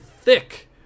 thick